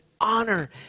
honor